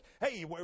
Hey